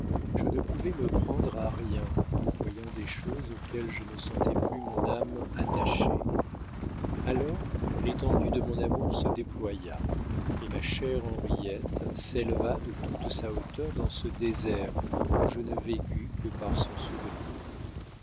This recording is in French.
je ne pouvais me prendre à rien en voyant des choses auxquelles je ne sentais plus mon âme attachée alors l'étendue de mon amour se déploya et ma chère henriette s'éleva de toute sa hauteur dans ce désert où je ne vécus que par son souvenir